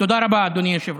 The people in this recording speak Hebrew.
תודה רבה, אדוני היושב-ראש.